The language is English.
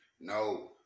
No